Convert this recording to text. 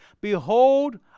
Behold